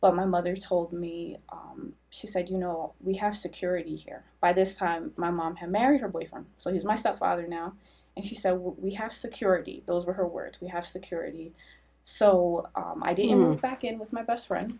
but my mother told me she said you know we have security here by this time my mom had married her boyfriend so he's my stepfather now if you so we have security those were her words we have security so i did back in with my best friend